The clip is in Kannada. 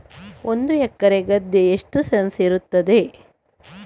ಒಂದು ಎಕರೆ ಗದ್ದೆ ಎಷ್ಟು ಸೆಂಟ್ಸ್ ಇರುತ್ತದೆ?